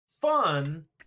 fun